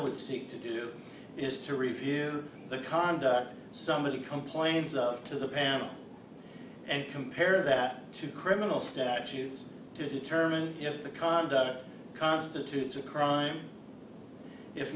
would seek to do is to review the conduct somebody complains of to the panel and compare that to criminal statutes to determine if the conduct constitutes a crime if